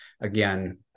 again